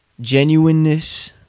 genuineness